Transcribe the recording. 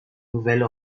nouvelle